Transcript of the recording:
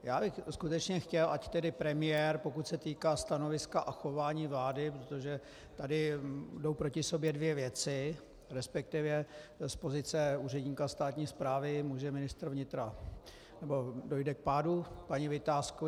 Já bych skutečně chtěl, ať tedy premiér, pokud se týká stanoviska a chování vlády, protože tady jdou proti sobě dvě věci, resp. z pozice úředníka státní správy může ministr vnitra nebo dojde k pádu paní Vitáskové?